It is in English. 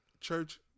Church